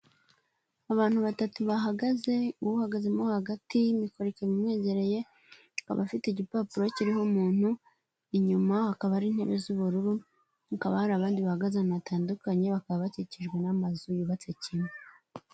Abantu batatu bahagaze, uhagazemo hagati mikoro ikaba imwegereye, akaba afite igipapuro kiriho umuntu, inyuma hakaba hari intebe z'ubururu, hakaba hari abandi bahagaze ahantu hatandukanye, bakaba bakikijwe n'amazu yubatse kimwe.